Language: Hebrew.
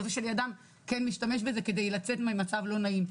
או זה שלידם כן משתמש בזה כדי לצאת ממצב לא נעים.